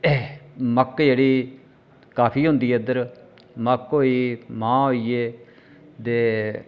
मक्क जेह्ड़ी काफी होंदी ऐ इद्धर मक्क होई गेई मांह् होई गे ते